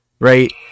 Right